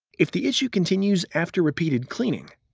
if the issue continues after repeated cleaning,